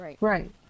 Right